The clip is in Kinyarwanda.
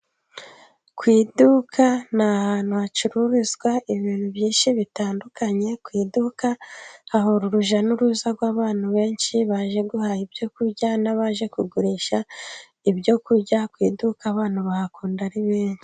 Ku iduka n'ahantu hacururizwa ibintu bishya bitandukanye, ku iduka hahora urujya n'uruza rw'abantu benshi bajye guhaha ibyo kurya, n'abajye kugurisha ibyo kurya ku iduka abantu bahakunda ari benshi.